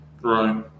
Right